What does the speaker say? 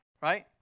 right